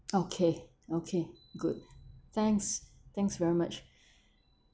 okay okay good thanks thanks very much